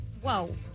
Whoa